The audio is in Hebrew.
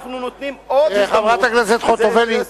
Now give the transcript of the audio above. חברת הכנסת חוטובלי,